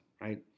right